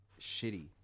shitty